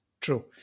true